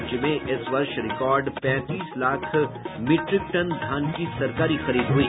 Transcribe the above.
राज्य में इस वर्ष रिकॉर्ड पैंतीस लाख मीट्रिक टन धान की सरकारी खरीद हई